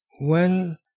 Well